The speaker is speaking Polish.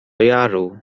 jaru